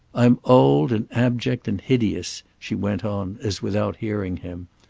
i'm old and abject and hideous she went on as without hearing him.